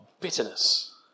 bitterness